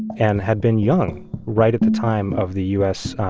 and had been young right at the time of the u s.